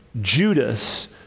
Judas